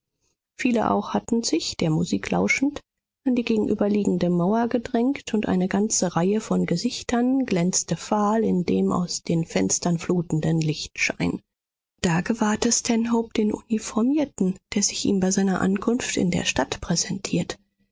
viele auch hatten sich der musik lauschend an die gegenüberliegende mauer gedrängt und eine ganze reihe von gesichtern glänzte fahl in dem aus den fenstern flutenden lichtschein da gewahrte stanhope den uniformierten der sich ihm bei seiner ankunft in der stadt präsentiert